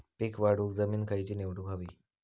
पीक वाढवूक जमीन खैची निवडुक हवी?